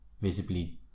visibly